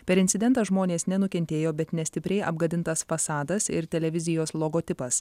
per incidentą žmonės nenukentėjo bet nestipriai apgadintas fasadas ir televizijos logotipas